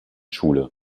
schule